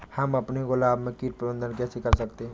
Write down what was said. हम अपने गुलाब में कीट प्रबंधन कैसे कर सकते है?